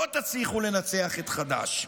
לא תצליחו לנצח את חד"ש.